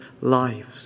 lives